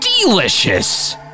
delicious